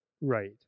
right